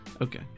Okay